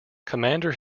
commander